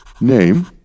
Name